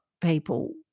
people